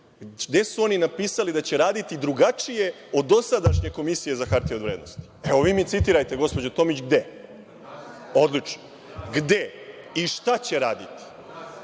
Gde su oni napisali da će raditi drugačije od dosadašnje Komisije za hartije od vrednosti? Evo vi mi citirajte gospođo Tomić, gde. Odlično. Gde i šta će raditi?